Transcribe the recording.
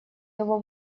его